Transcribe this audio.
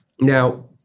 Now